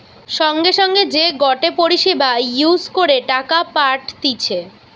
সঙ্গে সঙ্গে যে গটে পরিষেবা ইউজ করে টাকা পাঠতিছে